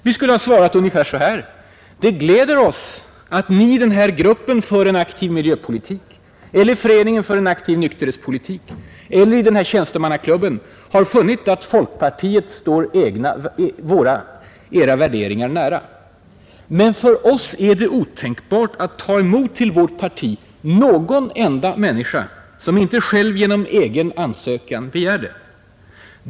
Vi skulle svara ungefär: Det gläder oss att ni i den här gruppen för en aktiv miljöpolitik eller att ni i den här föreningen för en aktiv nykterhetspolitik, eller att ni här i tjänstemannaklubben har funnit att folkpartiet står era egna värderingar nära. Men för oss är det otänkbart att till vårt parti ta emot någon enda människa, som inte själv genom egen ansökan begär det.